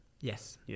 yes